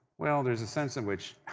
well, there's a sense in which.